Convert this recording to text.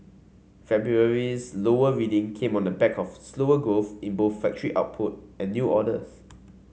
February's lower reading came on the back of slower growth in both factory output and new orders